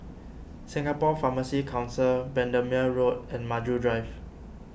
Singapore Pharmacy Council Bendemeer Road and Maju Drive